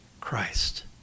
Christ